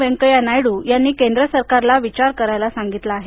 व्यंकया नायडू यांनी केंद्र सरकारला विचार करायला सांगितलं आहे